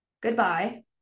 Goodbye